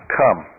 come